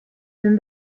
then